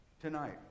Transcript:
Tonight